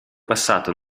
passato